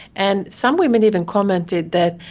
and some women even commented that,